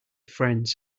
friends